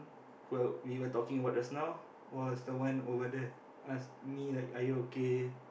who are we were talking about just now was the one over the ask me like are you okay